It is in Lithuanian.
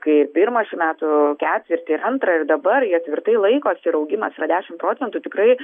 kai pirmą šių metų ketvirtį ir antrą ir dabar jie tvirtai laikosi ir augimas yra dešimt procentų tikrai